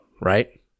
right